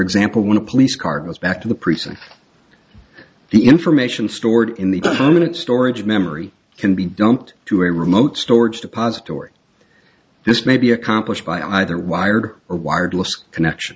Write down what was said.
example when a police car goes back to the precinct the information stored in the permanent storage memory can be don't do a remote storage depository this may be accomplished by either wired or wireless connection